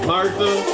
Martha